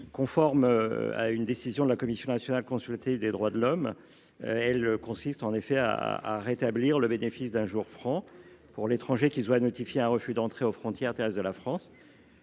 conformément à une décision de la Commission nationale consultative des droits de l’homme (CNCDH). Nous souhaitons le rétablissement du bénéfice d’un jour franc pour l’étranger qui se voit notifier un refus d’entrée aux frontières terrestres de la France